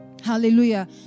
Hallelujah